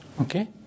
Okay